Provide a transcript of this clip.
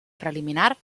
preliminar